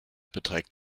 beträgt